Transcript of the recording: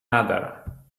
ندارم